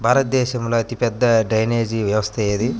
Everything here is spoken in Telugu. భారతదేశంలో అతిపెద్ద డ్రైనేజీ వ్యవస్థ ఏది?